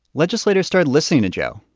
legislators started listening to joe,